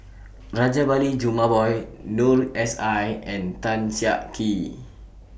Rajabali Jumabhoy Noor S I and Tan Siak Kew